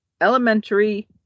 elementary